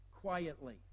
quietly